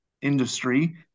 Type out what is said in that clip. industry